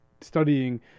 studying